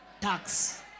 Tax